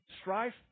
strife